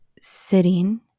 sitting